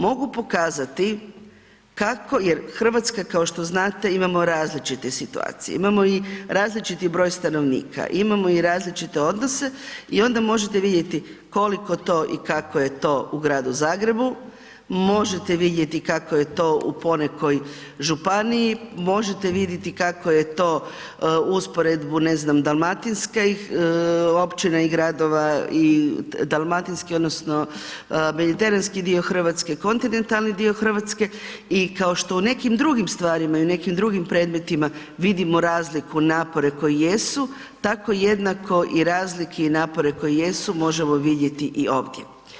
Mogu pokazati kako jer Hrvatska kao što znate, imamo različite situacije, imamo i različiti broj stanovnika, imamo i različite odnose i onda možete vidjeti koliko to i kako je to u gradu Zagrebu, možete vidjeti kako je to u ponekoj županiji, možete vidjeti kako je to, usporedbu, ne znam, dalmatinskih općina i gradova i dalmatinski odnosno mediteranski dio Hrvatske i kontinentalni dio Hrvatske i kao što u nekim drugim stvarima i u nekim drugim predmetima vidimo razliku i napore koji jesu, tako jednako i razlike i napore koji jesu možemo vidjeti i ovdje.